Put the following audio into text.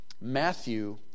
Matthew